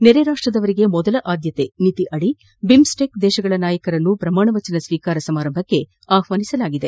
ನೆರೆ ರಾಷ್ಟ್ರದವರಿಗೆ ಮೊದಲ ಆದ್ಯತೆ ನೀತಿಯಡಿ ಬಿಮ್ಸ್ಟೆಕ್ ದೇಶಗಳ ನಾಯಕರನ್ನು ಪ್ರಮಾಣವಚನ ಸ್ವೀಕಾರ ಸಮಾರಂಭಕ್ಕೆ ಆಹ್ವಾನಿಸಲಾಗಿದೆ